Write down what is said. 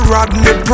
Rodney